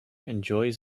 enjoys